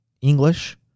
English